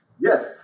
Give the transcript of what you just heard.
Yes